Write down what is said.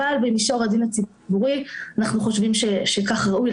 אבל במישור הדין הציבורי אנחנו חושבים שכך ראוי,